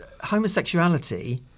homosexuality